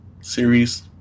series